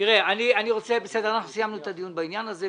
אנחנו סיימנו את הדיון בעניין הזה.